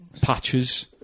patches